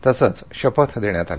तसंच शपथ देण्यात आली